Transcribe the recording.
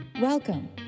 Welcome